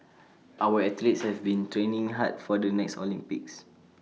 our athletes have been training hard for the next Olympics